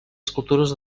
escultures